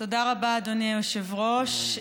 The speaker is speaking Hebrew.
תודה רבה, אדוני היושב-ראש.